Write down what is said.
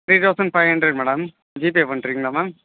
three thousand five hundred madam GPay பண்ணுறீங்களா ma'am